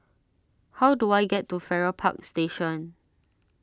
how do I get to Farrer Park Station